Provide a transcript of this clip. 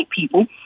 people